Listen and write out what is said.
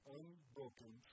unbroken